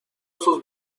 sus